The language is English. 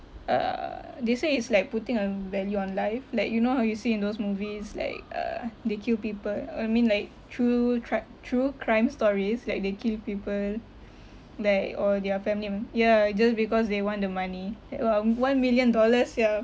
uh they say it's like putting a value on life like you know how you see in those movies like uh they kill people uh mean like true track true crime stories like they kill people like or their family mem~ ya just because they want the money at about one million dollars ya